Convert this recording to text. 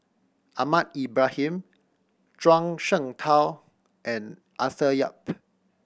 Ahmad Ibrahim Zhuang Shengtao and Arthur Yap